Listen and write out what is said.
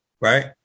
Right